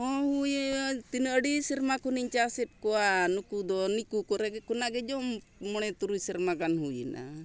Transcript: ᱦᱚᱸ ᱦᱳᱭ ᱛᱤᱱᱟᱹᱜ ᱟᱹᱰᱤ ᱥᱮᱨᱢᱟ ᱠᱷᱚᱱᱤᱧ ᱪᱟᱥᱮᱫ ᱠᱚᱣᱟ ᱱᱩᱠᱩ ᱫᱚ ᱱᱤᱠᱩ ᱠᱚᱨᱮ ᱜᱮ ᱠᱷᱚᱱᱟᱜ ᱜᱮ ᱡᱚᱢ ᱢᱚᱬᱮ ᱛᱩᱨᱩᱭ ᱥᱮᱨᱢᱟ ᱜᱟᱱ ᱦᱩᱭᱮᱱᱟ